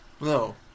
No